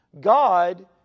God